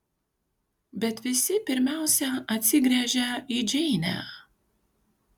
bet visi pirmiausia atsigręžia į džeinę